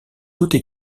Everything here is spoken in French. toutes